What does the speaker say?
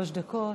שלוש דקות.